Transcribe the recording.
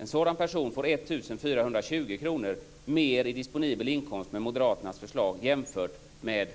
En sådan person får 1 420 kr mer i disponibel inkomst med Moderaternas förslag jämfört med